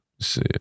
see